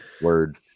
Word